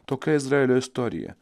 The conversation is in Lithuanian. tokia izraelio istorija